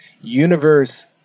Universe